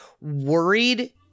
worried